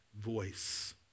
voice